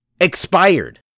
expired